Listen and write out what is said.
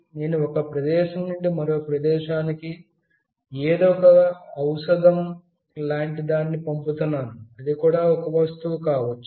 నేను ఒక ప్రదేశం నుండి మరొక ప్రదేశానికి ఎదో ఒక ఔషధం లాంటి దానిని పంపుతున్నాను అది కూడా ఒక వస్తువు కావచ్చు